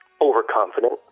overconfident